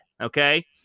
okay